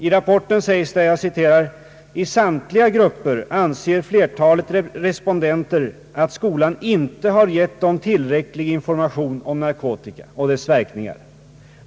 I rapporten sägs det bland annat: »I samtliga grupper anser flertalet respondenter att skolan inte har gett dem tillräcklig information om narkotika och dess verkningar.